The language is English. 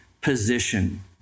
position